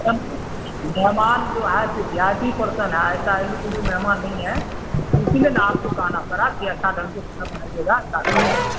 مہمان جو ہے سو دیہاتی پرسن ہے ایسا ایلو جلو مہمان نہیں ہے اسی لیے نا آپ کو کہنا پرا کہ اچھا ڈھنگ سے کھانا بنائیے گا تاکہ